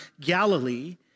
Galilee